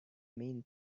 main